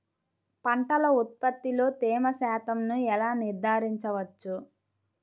పంటల ఉత్పత్తిలో తేమ శాతంను ఎలా నిర్ధారించవచ్చు?